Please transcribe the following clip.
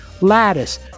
Lattice